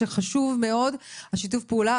שחשוב מאוד שיתוף הפעולה.